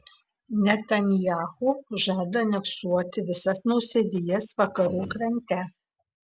netanyahu žada aneksuoti visas nausėdijas vakarų krante